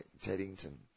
Teddington